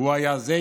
והוא היה זה,